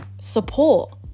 support